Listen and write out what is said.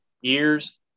years